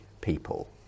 people